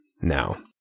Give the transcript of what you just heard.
now